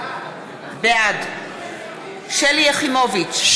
בעד שלי יחימוביץ,